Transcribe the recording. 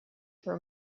for